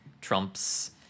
Trump's